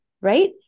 right